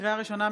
לקריאה ראשונה,